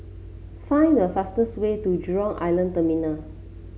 find the fastest way to Jurong Island Terminal